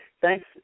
Thanks